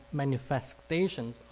manifestations